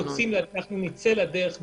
נצא לדרך מיד,